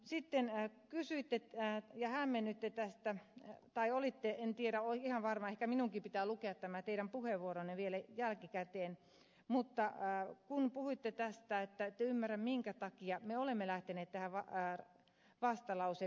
sitten kysyitte ja hämmennyitte tästä tai en tiedä ihan varmaan ehkä minunkin pitää lukea tämä teidän puheenvuoronne vielä jälkikäteen puhuitte tästä että ette ymmärrä minkä takia me olemme lähteneet näihin vastalauseperusteluihin